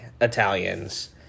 Italians